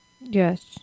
Yes